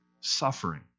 suffering